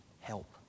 help